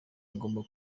agomba